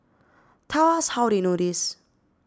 tell us how they know this